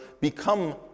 become